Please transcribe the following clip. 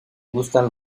gustan